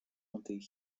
comté